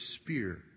spear